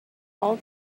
all